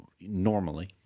normally